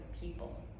people